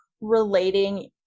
relating